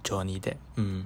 johnny depp um